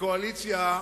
הקואליציה,